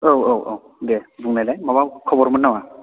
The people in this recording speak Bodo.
औ औ औ दे बुंनायलाय माबा खबरमोन नामा